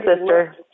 sister